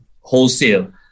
wholesale